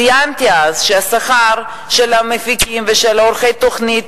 ציינתי אז שהשכר של המפיקים ושל עורכי התוכניות